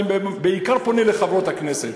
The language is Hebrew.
אני בעיקר פונה לחברות הכנסת,